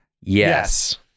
Yes